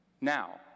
Now